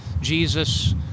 Jesus